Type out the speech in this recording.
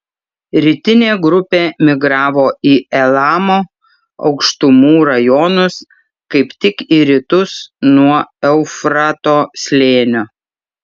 rytinė grupė migravo į elamo aukštumų rajonus kaip tik į rytus nuo eufrato slėnio